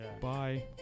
Bye